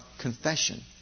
confession